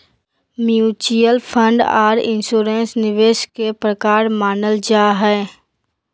mutual fund आर insurance निवेश के प्रकार मानल जा हय